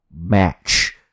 match